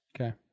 Okay